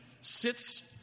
sits